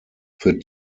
für